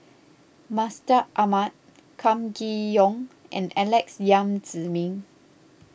Mustaq Ahmad Kam Kee Yong and Alex Yam Ziming